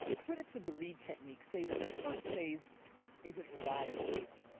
ah critics of the reid technique say that the first phase isn't reliable enough,